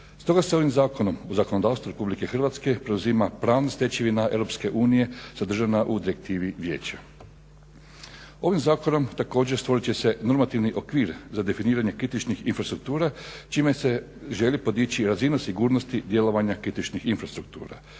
Stoga se ovim zakonom u zakonodavstvo Republike Hrvatske preuzima pravna stečevina Europske unije sadržana u direktivi vijeća. Ovim zakonom također stvorit će se normativni okvir za definiranje kritičnih infrastruktura čime se želi podići razina sigurnosti djelovanja kritičnih infrastruktura.